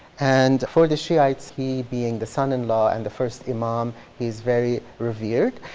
and for the shiites, he being the son in law and the first imam, he's very revered.